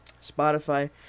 Spotify